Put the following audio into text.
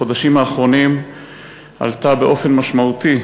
בחודשים האחרונים עלתה באופן משמעותי